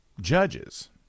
judges